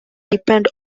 depend